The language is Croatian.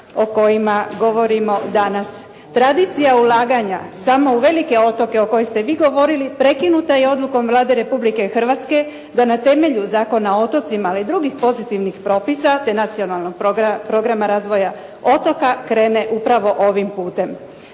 o kojima govorimo danas. Tradicija ulaganja samo u velike otoke o kojim ste vi govorili prekinuta je odlukom Vlade Republike Hrvatske da na temelju Zakona o otocima, ali i drugih pozitivnih propisa, te Nacionalnog programa razvoja otoka krene upravo ovim putem.